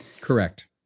correct